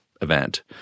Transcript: event